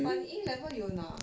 but 你 a level 有拿